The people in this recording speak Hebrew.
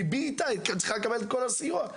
ליבי איתה והיא צריכה לקבל את כל הסיוע.